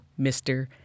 Mr